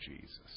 Jesus